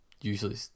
usually